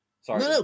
Sorry